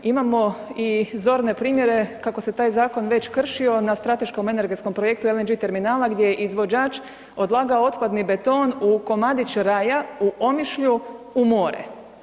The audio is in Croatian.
Imamo i zorne primjere kako se taj zakon već kršio na strateškom energetskom projektu LNG terminala gdje je izvođač odlagao otpadni beton u komadiće raja u Omišlju u more.